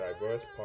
diverse